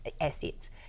assets